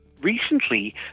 recently